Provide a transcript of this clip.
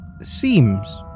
seems